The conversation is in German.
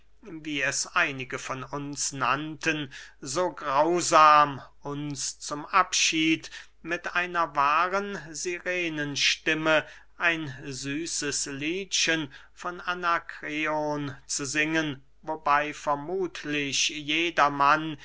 wie es einige von uns nannten so grausam uns zum abschied mit einer wahren sirenenstimme ein süßes liedchen von anakreon zu singen wobey vermuthlich jedermann